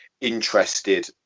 interested